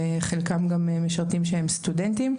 וחלקם גם משרתים שהם סטודנטים,